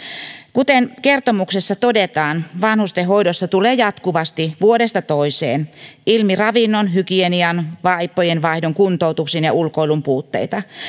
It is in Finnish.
kuten kertomuksessa todetaan vanhustenhoidossa tulee jatkuvasti vuodesta toiseen ilmi ravinnon hygienian vaippojen vaihdon kuntoutuksen ja ulkoilun puutteita